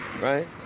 Right